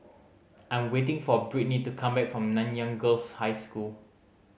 I am waiting for Brittny to come back from Nanyang Girls' High School